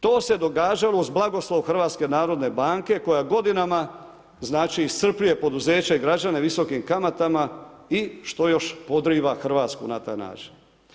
To se događalo uz blagoslov HNB-a koja godinama iscrpljuje poduzeće građana visokim kamatama i što još podriva Hrvatsku na taj način.